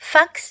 Fox